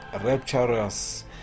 rapturous